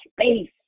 space